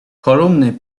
kolumny